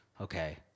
Okay